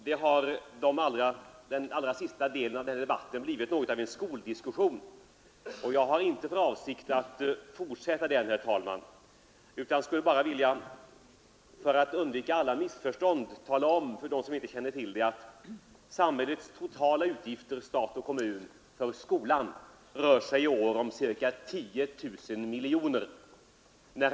Herr talman! Den sista delen av denna debatt har blivit något av en skoldiskussion. Jag har nu inte för avsikt att fortsätta den, men för att undvika alla missförstånd vill jag tala om för dem som inte känner till det att samhällets, alltså statens och kommunernas, totala utgifter för skolan i år rör sig om ca 10 000 miljoner kronor.